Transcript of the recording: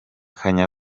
kanye